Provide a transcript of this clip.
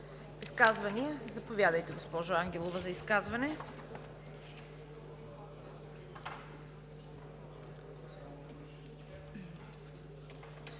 Изказвания? Заповядайте, госпожо Ангелова за изказване.